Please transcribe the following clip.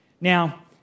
Now